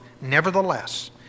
nevertheless